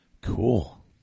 Cool